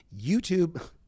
YouTube